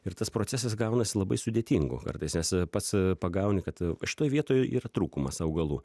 ir tas procesas gaunasi labai sudėtingu kartais nes pats pagauni kad jau šitoj vietoj yra trūkumas augalų